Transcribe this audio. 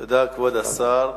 תודה, כבוד השר.